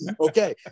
Okay